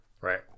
Right